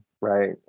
right